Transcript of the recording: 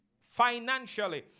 financially